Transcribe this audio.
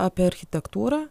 apie architektūrą